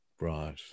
Right